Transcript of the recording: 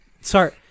sorry